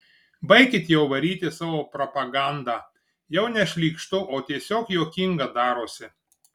baikit jau varyti savo propagandą jau ne šlykštu o tiesiog juokinga darosi